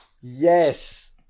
Yes